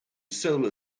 solo